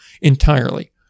entirely